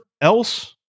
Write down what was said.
else